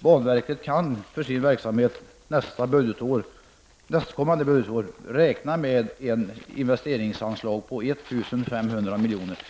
banverket för sin verksamhet nästkommande budgetår kan räkna med ett investeringsanslag på 1 500 miljoner.